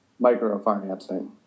microfinancing